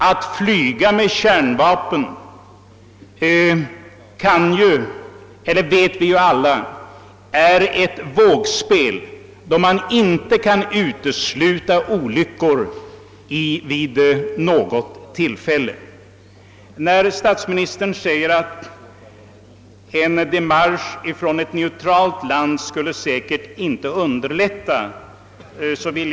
Att flyga med kärnvapen är ju — det vet vi alla — ett ansvarslöst handskande med livsfarligt material — och olyckor kan inte uteslutas vid något tillfälle. Statsministern säger att en demarsch från ett neutralt land säkerligen inte skulle underlätta en överenskommelse.